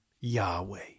Yahweh